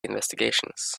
investigations